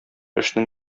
эшнең